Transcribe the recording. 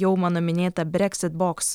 jau mano minėta breksit boks